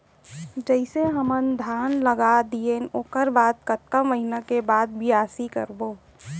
जइसे हमन धान लगा दिएन ओकर बाद कतका महिना के बाद बियासी करबो?